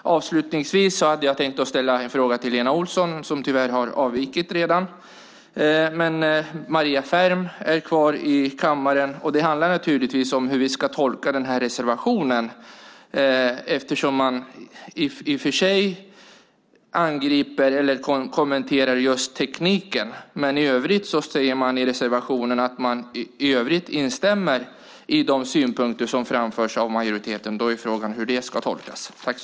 Avslutningsvis hade jag tänkt ställa en fråga till Lena Olsson, som tyvärr redan har avvikit. Maria Ferm är dock kvar i kammaren. Det handlar naturligtvis om hur vi ska tolka denna reservation, eftersom man i och för sig angriper eller kommenterar just tekniken men i övrigt i reservationen säger att man instämmer i de synpunkter som framförs av majoriteten. Frågan är hur det ska tolkas.